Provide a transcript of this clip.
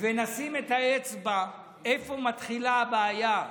ונשים את האצבע איפה מתחילה הבעיה,